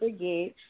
forget